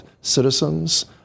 citizens